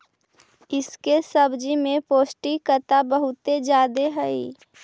इसके सब्जी में पौष्टिकता बहुत ज्यादे हई